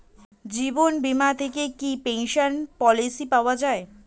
জীবন বীমা থেকে কি পেনশন পলিসি পাওয়া যায়?